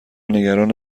نگران